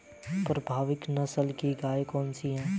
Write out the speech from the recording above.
भारवाही नस्ल की गायें कौन सी हैं?